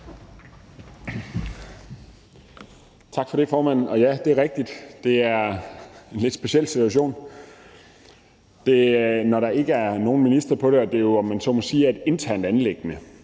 Tak for det, formand. Ja, det er rigtigt, det er en lidt speciel situation, når der ikke er nogen minister på det, og det, om man så må sige, er et internt anliggende.